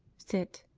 sit